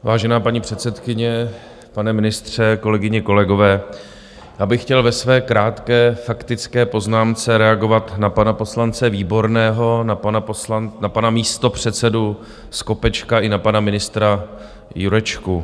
Vážená paní předsedkyně, pane ministře, kolegyně, kolegové, já bych chtěl ve své krátké faktické poznámce reagovat na pana poslance Výborného, na pana místopředsedu Skopečka i na pana ministra Jurečku.